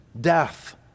death